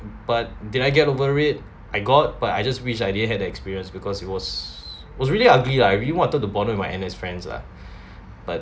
but did I get over it I got but I just wish I didn't had that experience because it was was really ugly lah I really wanted to bother my N_S friends lah but